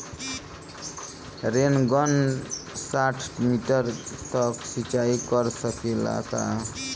Rain gun साठ metre तक सिचाई कर सकेला का?